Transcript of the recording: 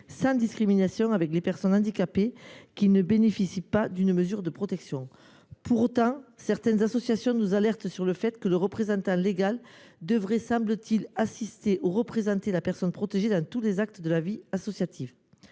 sans discrimination avec les personnes handicapées qui ne bénéficient pas d’une mesure de protection. Pour autant, certaines associations nous alertent sur le fait que le représentant légal devrait assister ou représenter la personne protégée dans tous les actes de la vie associative,